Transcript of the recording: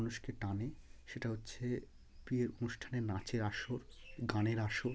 মানুষকে টানে সেটা হচ্ছে বিয়ের অনুষ্ঠানে নাচের আসর গানের আসর